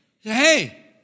Hey